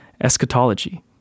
eschatology